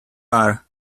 are